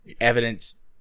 evidence